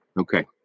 Okay